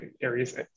areas